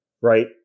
right